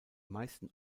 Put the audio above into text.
meisten